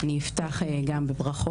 אני אפתח בברכות.